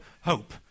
hope